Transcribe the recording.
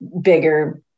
bigger